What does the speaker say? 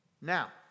Now